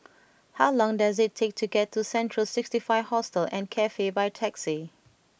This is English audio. how long does it take to get to Central Sixty Five Hostel and Cafe by taxi